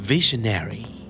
Visionary